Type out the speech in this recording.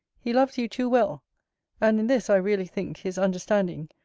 he loves you too well and in this, i really think, his understanding,